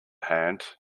hand